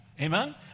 Amen